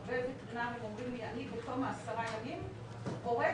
הרבה וטרינרים אומרים לי "אני בתום עשרה הימים הורג,